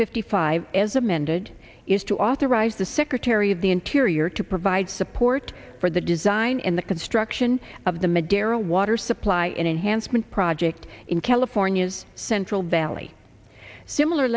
fifty five as amended is to authorize the secretary of the interior to provide support for the design and the construction of the maghera water supply enhancement project in california's central valley similar